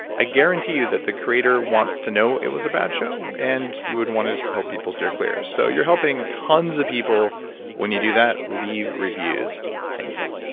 i guarantee you that the creator wants to know it was a bad show and you would want to help people steer clear, so you're helping tons of people when you do that leave reviews. thank you